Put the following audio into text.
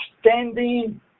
standing